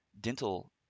dental